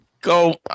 go